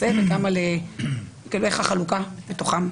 איך החלוקה בתוכם?